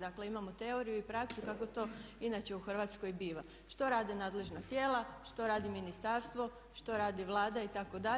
Dakle imamo teoriju i praksu kako to inače u Hrvatskoj biva, što rade nadležna tijela, što radi ministarstvo, što radi Vlada itd